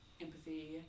empathy